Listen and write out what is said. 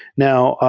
now,